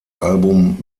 album